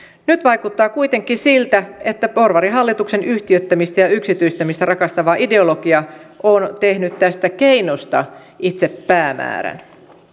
nyt vaikuttaa kuitenkin siltä että porvarihallituksen yhtiöittämistä ja yksityistämistä rakastava ideologia on tehnyt tästä keinosta itse päämäärän